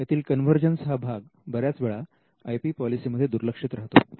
यातील कन्वर्जन्स हा भाग बऱ्याच वेळा आय पी पॉलिसीमध्ये दुर्लक्षित राहतो